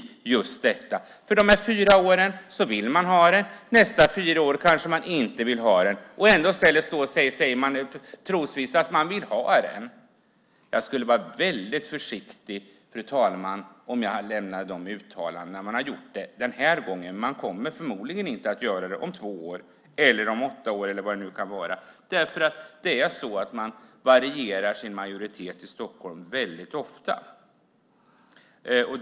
Under de innevarande fyra åren vill man ha den. Under de kommande fyra åren kanske man inte vill ha den. Trots det säger statsrådet trosvisst att man vill ha den. Jag skulle vara väldigt försiktig, fru talman, med att göra sådana uttalanden. Man vill ha den för tillfället men kommer förmodligen inte att vilja ha den om två år eller om åtta år, eller vad det nu kan vara. Majoriteten i Stockholm växlar nämligen väldigt ofta.